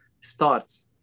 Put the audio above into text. starts